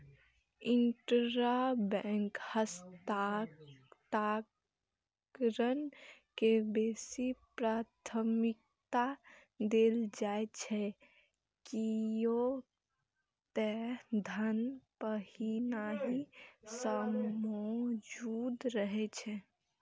intrabank हस्तांतरण के बेसी प्राथमिकता देल जाइ छै, कियै ते धन पहिनहि सं मौजूद रहै छै